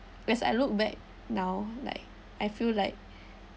whereas I look back now like I feel like